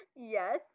Yes